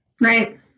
right